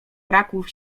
braku